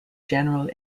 general